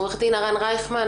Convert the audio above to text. עורך דין הרן רייכמן,